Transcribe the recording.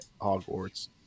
Hogwarts